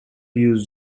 use